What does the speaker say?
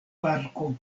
parko